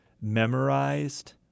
memorized